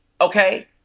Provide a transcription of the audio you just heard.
okay